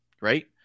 Right